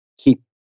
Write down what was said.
keep